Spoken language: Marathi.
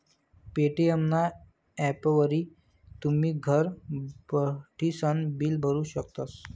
पे.टी.एम ना ॲपवरी तुमी घर बठीसन बिल भरू शकतस